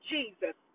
Jesus